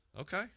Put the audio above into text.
Okay